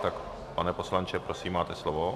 Tak pane poslanče, prosím, máte slovo.